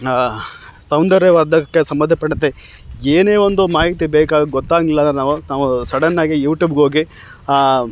ಸೌಂದರ್ಯವರ್ಧಕಕ್ಕೆ ಸಂಬಂಧಪಟ್ಟಂತೆ ಏನೇ ಒಂದು ಮಾಹಿತಿ ಬೇಕಾ ಗೊತ್ತಾಗ್ಲಿಲ್ಲಂದ್ರೆ ನಾವು ನಾವು ಸಡನ್ನಾಗಿ ಯೂಟ್ಯೂಬಿಗ್ಹೋಗಿ